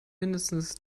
mindestens